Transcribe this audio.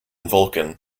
vulcan